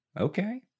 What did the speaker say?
Okay